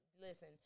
listen